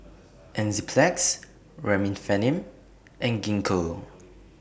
Enzyplex Remifemin and Gingko